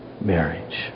marriage